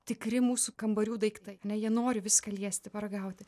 tikri mūsų kambarių daiktai ane jie nori viską liesti paragauti